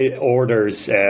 orders